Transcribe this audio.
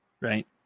right